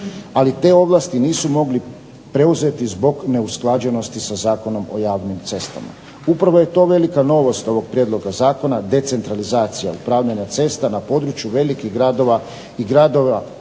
Ali te ovlasti nisu mogli preuzeti zbog neusklađenosti sa Zakonom o javnim cestama. Upravo je to velika novost ovog prijedloga zakona, decentralizacija upravljanja cesta na području velikih gradova i gradova